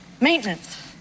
maintenance